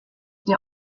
der